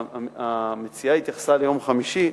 המציעה התייחסה ליום חמישי.